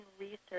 research